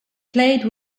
played